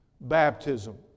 Baptism